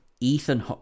Ethan